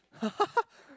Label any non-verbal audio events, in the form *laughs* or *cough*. *laughs*